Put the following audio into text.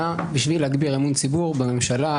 בשביל להגביר את אמון הציבור בממשלה,